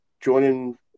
joining